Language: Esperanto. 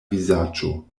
vizaĝo